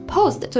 Post